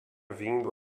vindo